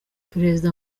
perezida